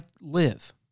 live